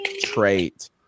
trait